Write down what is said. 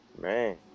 Man